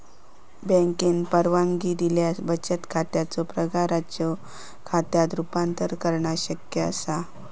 बँकेन परवानगी दिल्यास बचत खात्याचो पगाराच्यो खात्यात रूपांतर करणा शक्य असा